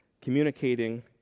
communicating